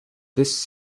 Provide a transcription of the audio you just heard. this